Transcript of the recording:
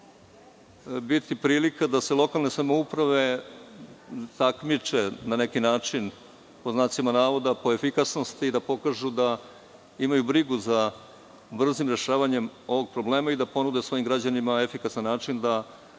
rokovi biti prilika da se lokalne samouprave takmiče, na neki način, pod znacima navoda, po efikasnosti, da pokažu da imaju brigu za brzim rešavanjem ovog problema i da ponude svojim građanima na efikasan način da